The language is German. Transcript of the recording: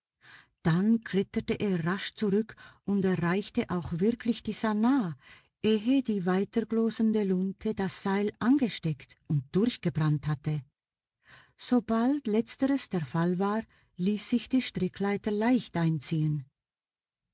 dann kletterte er rasch zurück und erreichte auch wirklich die sannah ehe die weiterglostende lunte das seil angesteckt und durchgebrannt hatte sobald letzteres der fall war ließ sich die strickleiter leicht einziehen